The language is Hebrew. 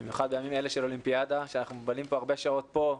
במיוחד בימים אלה של אולימפיאדה שאנחנו מבלים הרבה שעות פה,